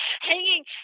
Hanging